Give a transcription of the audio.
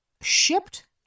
shipped